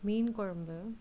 மீன்குழம்பு